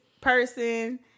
person